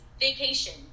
vacation